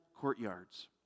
courtyards